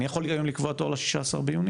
אני יכול היום לקבוע תור ל-16 ביוני?